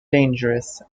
dangerous